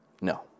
No